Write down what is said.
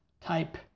type